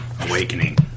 awakening